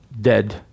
dead